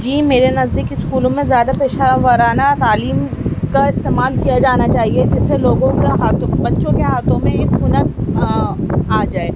جی میرے نزدیک اسکولوں میں زیادہ پیشہ ورانہ تعلیم کا استعمال کیا جانا چاہیے جس سے لوگوں کو ہاتھوں بچوں کے ہاتھوں میں ایک ہنر آ جائے